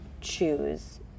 choose